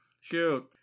Shoot